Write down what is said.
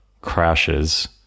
crashes